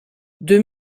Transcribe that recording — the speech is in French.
deux